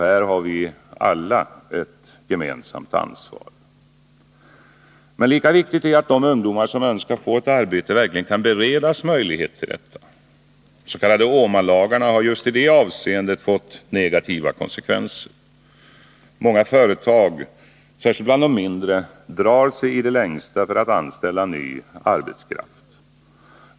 Här har vi alla ett gemensamt ansvar. Men lika viktigt är att de ungdomar som önskar få ett arbete verkligen kan beredas möjlighet till detta. De s.k. Åmanlagarna har just i detta avseende fått negativa konsekvenser. Många företag, särskilt bland de mindre, drar sig i det längsta för att anställa ny arbetskraft.